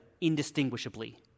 indistinguishably